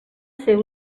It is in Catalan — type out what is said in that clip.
ser